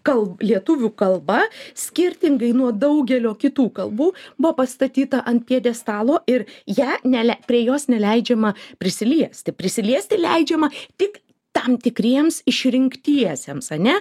gal lietuvių kalba skirtingai nuo daugelio kitų kalbų buvo pastatyta ant pjedestalo ir ją nele prie jos neleidžiama prisiliesti prisiliesti leidžiama tik tam tikriems išrinktiesiems ane